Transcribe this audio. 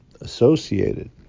associated